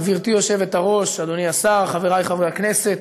גברתי היושבת-ראש, אדוני השר, חברי חברי הכנסת,